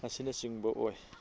ꯑꯁꯤꯅꯆꯤꯡꯕ ꯑꯣꯏ